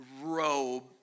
robe